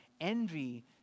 Envy